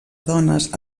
dones